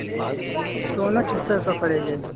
ये दोनों छः सौ रुपये पड़ेंगे